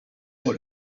por